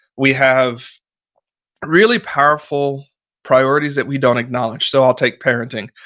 we have really powerful priorities that we don't acknowledge. so, i'll take parenting.